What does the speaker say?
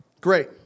Great